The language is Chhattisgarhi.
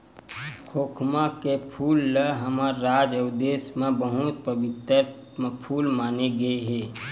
खोखमा के फूल ल हमर राज अउ देस म बहुत पबित्तर फूल माने गे हे